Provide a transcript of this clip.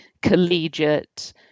collegiate